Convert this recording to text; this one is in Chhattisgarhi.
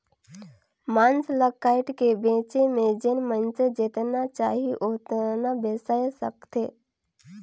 मांस ल कायट के बेचे में जेन मइनसे जेतना चाही ओतना बेसाय सकथे